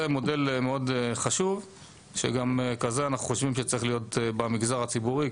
זה מודל מאוד חשוב ואנחנו חושבים שגם כזה צריך להיות במגזר הציבורי,